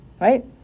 Right